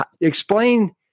explain